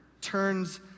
turns